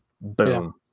boom